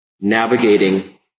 navigating